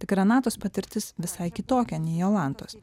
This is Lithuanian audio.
tik renatos patirtis visai kitokia nei jolantos